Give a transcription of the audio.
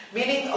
Meaning